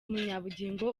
munyabugingo